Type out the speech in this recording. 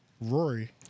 Rory